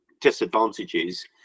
disadvantages